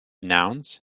nouns